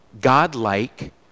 God-like